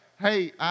hey